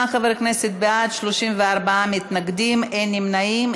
28 חברי כנסת בעד, 34 מתנגדים, אין נמנעים.